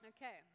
Okay